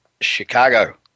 Chicago